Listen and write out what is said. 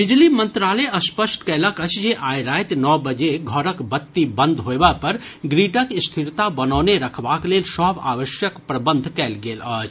बिजली मंत्रालय स्पष्ट कयलक अछि जे आइ राति नओ बजे घरक बत्ती बंद होयबा पर ग्रिडक स्थिरता बनौने रखबाक लेल सभ आवश्यक प्रबंध कयल गेल अछि